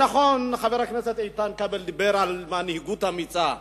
חבר הכנסת איתן כבל דיבר על מנהיגות אמיצה,